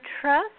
trust